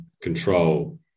control